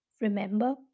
Remember